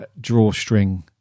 drawstring